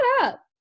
up